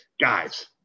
Guys